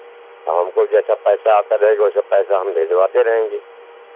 अब हमको जैसा पैसा आता रहेगा वैसे पैसा हम भिजवाते रहेंगे